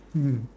mm